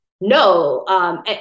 no